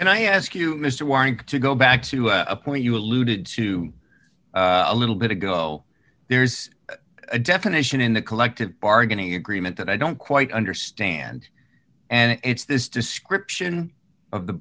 and i ask you mr wang to go back to a point you alluded to a little bit ago there is a definition in the collective bargaining agreement that i don't quite understand and it's this description of the